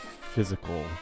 physical